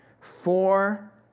Four